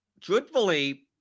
Truthfully